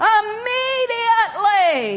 immediately